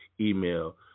email